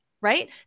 right